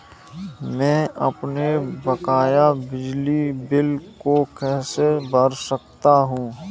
मैं अपने बकाया बिजली बिल को कैसे भर सकता हूँ?